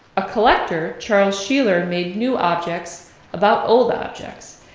a collector, charles sheeler, made new objects about old objects.